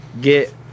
get